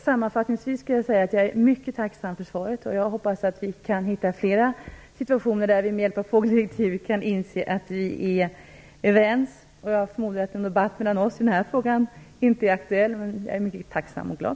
Sammanfattningsvis vill jag säga att jag är mycket tacksam för svaret, och jag hoppas att vi kan hitta flera frågor där vi kan vara överens. Jag förmodar att någon ytterligare debatt mellan oss i den här frågan inte är aktuell. Som sagt är jag mycket tacksam och glad.